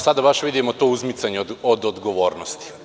Sada baš vidimo to uzmicanje od odgovornosti.